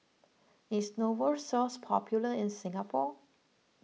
is Novosource popular in Singapore